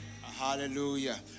Hallelujah